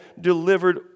delivered